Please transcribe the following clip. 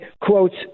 quotes